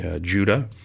Judah